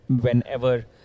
whenever